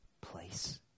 place